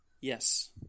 yes